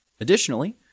Additionally